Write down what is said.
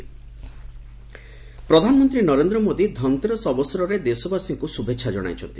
PM Dhanteras ପ୍ରଧାନମନ୍ତ୍ରୀ ନରେନ୍ଦ୍ର ମୋଦି ଧନ୍ତେରସ୍ ଅବସରରେ ଦେଶବାସୀଙ୍କୁ ଶୁଭେଛା ଜଣାଇଛନ୍ତି